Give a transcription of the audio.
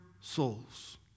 souls